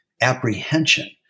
Apprehension